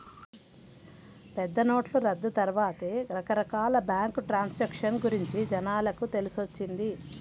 పెద్దనోట్ల రద్దు తర్వాతే రకరకాల బ్యేంకు ట్రాన్సాక్షన్ గురించి జనాలకు తెలిసొచ్చింది